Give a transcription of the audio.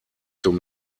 zum